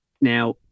now